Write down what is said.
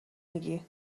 میگی